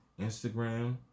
Instagram